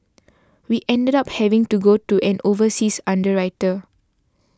we ended up having to go to an overseas underwriter